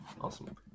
Awesome